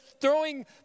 throwing